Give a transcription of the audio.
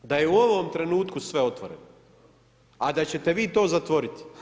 Da je u ovom trenutku sve otvoreno, a da ćete vi to zatvoriti.